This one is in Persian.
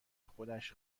خودش